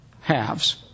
halves